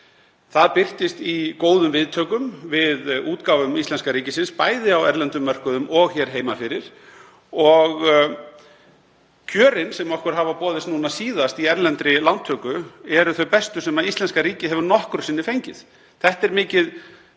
Það birtist í góðum viðtökum við útgáfum íslenska ríkisins, bæði á erlendum mörkuðum og hér heima fyrir, og kjörin sem okkur hafa boðist núna síðast í erlendri lántöku eru þau bestu sem íslenska ríkið hefur nokkru sinni fengið. Þetta er mikill